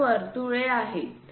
येथे वर्तुळे आहेत